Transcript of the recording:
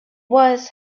was